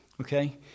Okay